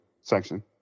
section